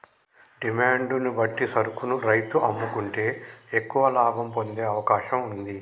demand ను బట్టి సరుకును రైతు అమ్ముకుంటే ఎక్కువ లాభం పొందే అవకాశం వుంది